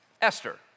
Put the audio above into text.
Esther